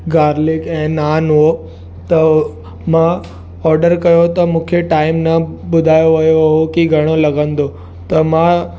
garlic ऐं नान हो त मां ऑडर कयो त मूंखे टाइम न ॿुधायो वियो हो की घणो लॻंदो त मां